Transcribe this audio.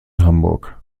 hamburg